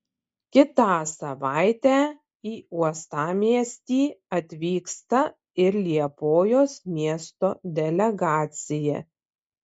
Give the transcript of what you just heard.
kitą savaitę į uostamiestį atvyksta ir liepojos miesto delegacija